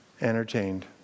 entertained